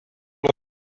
lost